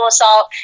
assault